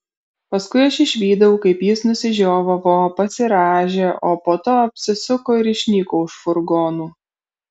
paskui aš išvydau kaip jis nusižiovavo pasirąžė o po to apsisuko ir išnyko už furgonų